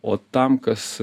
o tam kas